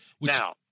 Now